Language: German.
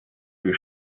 viel